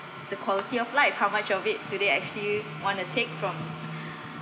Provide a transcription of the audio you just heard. the quality of life how much of it today actually you want to take from